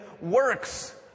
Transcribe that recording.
works